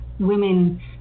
women